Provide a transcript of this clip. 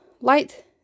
light